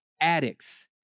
addicts